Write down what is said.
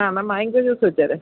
ആ എന്നാ mango juice വെച്ചേരെ